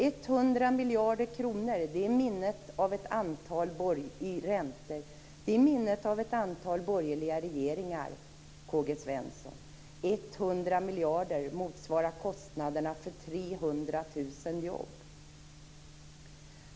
100 miljarder kronor i räntor - det är minnet av ett antal borgerliga regeringar, K-G Svenson. 100 miljarder kronor motsvarar kostnaderna för 300 000 jobb.